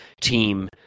team